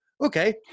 Okay